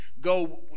go